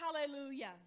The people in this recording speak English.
Hallelujah